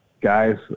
guys